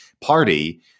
party